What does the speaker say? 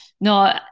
No